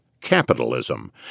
capitalism